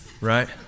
right